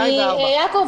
יעקב,